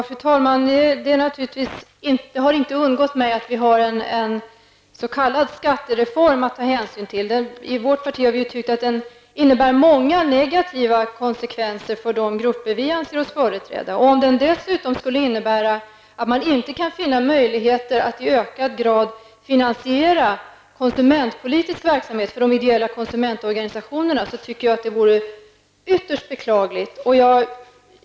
Fru talman! Det har naturligtvis inte undgått mig att vi har en s.k. skattereform att ta hänsyn till. I vårt parti har vi tyckt att den medför många negativa konsekvenser för de grupper som vi anser oss företräda. Om den dessutom skulle innebära att man inte kan finna möjligheter att i ökad grad finansiera konsumentpolitisk verksamhet för de ideella konsumentorganisationerna, tycker jag att det vore ytterst beklagligt.